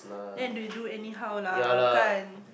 then they do anyhow lah can't